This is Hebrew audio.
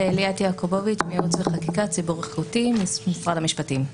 ייעוץ וחקיקה, משרד המשפטים.